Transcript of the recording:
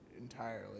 Entirely